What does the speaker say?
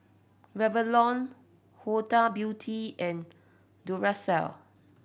Revlon Huda Beauty and Duracell